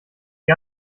die